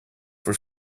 for